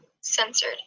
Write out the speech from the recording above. Censored